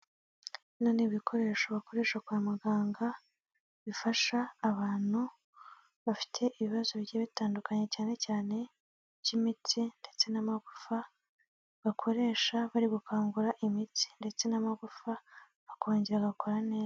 Bino ni ibikoresho bakoresha kwa muganga, bifasha abantu bafite ibibazo bigiye bitandukanye, cyane cyane by'imitsi ndetse n'amagufa, bakoresha bari gukangura imitsi ndetse n'amagufa akongera agakora neza.